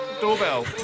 Doorbell